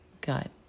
gut